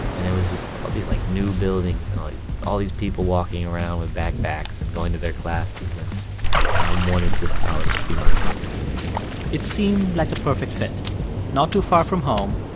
and there was just all these, like, new buildings and all these all these people walking around with backpacks and going to their classes. and i wanted this college to be my college it seemed like the perfect fit not too far from home.